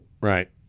Right